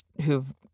who've